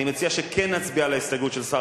אני מציע שכן נצביע על ההסתייגות של שר